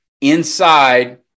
inside